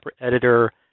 editor